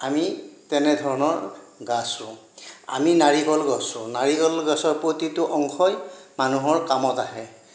আমি তেনেধৰণৰ গাছ ৰোওঁ আমি নাৰিকল গছ ৰোওঁ নাৰিকল গছৰ পতিটো অংশই মানুহৰ কামত আহে